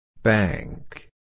Bank